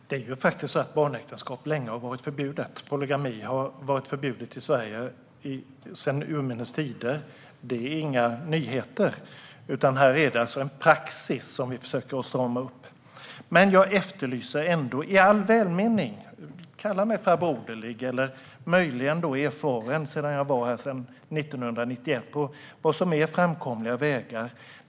Herr talman! Det är ju faktiskt så att barnäktenskap länge har varit förbjudet. Polygami har varit förbjudet i Sverige sedan urminnes tider. Detta är inga nyheter, utan här handlar det om att strama upp praxis. Men jag efterlyser ändå i all välmening - kalla mig farbroderlig, eller möjligen erfaren eftersom jag har varit här sedan 1991 - framkomliga vägar.